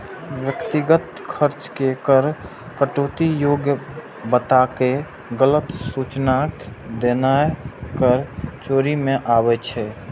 व्यक्तिगत खर्च के कर कटौती योग्य बताके गलत सूचनाय देनाय कर चोरी मे आबै छै